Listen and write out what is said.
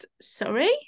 Sorry